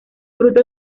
fruto